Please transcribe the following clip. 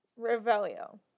Revelio